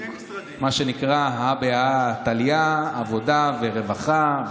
מה שנקרא, הא בהא תליא, עבודה ורווחה.